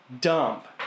dump